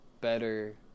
better